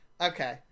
Okay